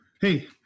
Hey